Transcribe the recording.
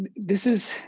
and this is,